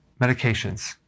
medications